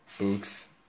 books